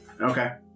Okay